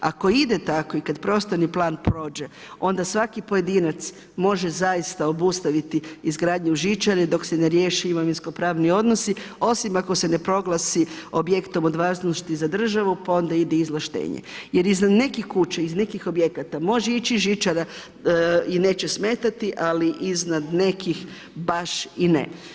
Ako ide tako i kad prostorni plan prođe, onda svaki pojedinac može zaista obustaviti izgradnju žičare dok se riješe imovinsko-pravni odnosi osim ako se ne proglasi objektom od važnosti za državu pa onda ide izvlaštenje jer iznad nekih kuća, iz nekih objekata može ići žičara i neće smetati ali iznad nekih baš i ne.